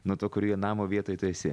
nuo to kurioje namo vietoj tu esi